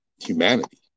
humanity